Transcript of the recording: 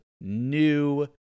new